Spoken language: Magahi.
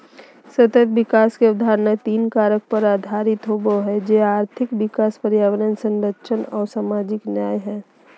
सतत विकास के अवधारणा तीन कारक पर आधारित होबो हइ, जे आर्थिक विकास, पर्यावरण संरक्षण आऊ सामाजिक न्याय हइ